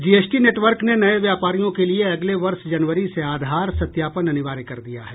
GST network ने नए व्यापारियों के लिए अगले वर्ष जनवरी से आधार सत्यापन अनिवार्य कर दिया है